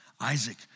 Isaac